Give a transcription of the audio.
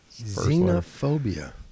xenophobia